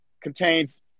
contains